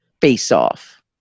face-off